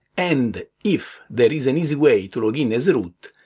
and if there is an easy way to log in as root,